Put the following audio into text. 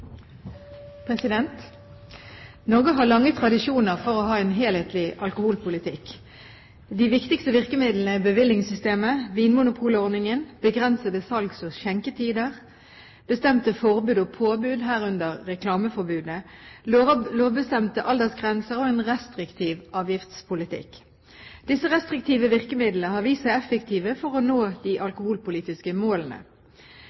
har lange tradisjoner for å ha en helhetlig alkoholpolitikk. De viktigste virkemidlene er bevillingssystemet, vinmonopolordningen, begrensede salgs- og skjenketider, bestemte forbud og påbud, herunder reklameforbudet, lovbestemte aldersgrenser og en restriktiv avgiftspolitikk. Disse restriktive virkemidlene har vist seg effektive for å nå